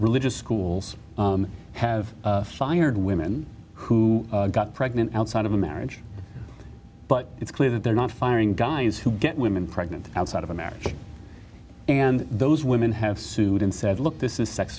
religious schools have fired women who got pregnant outside of the marriage but it's clear that they're not firing guys who get women pregnant outside of a marriage and those women have sued and said look this is sex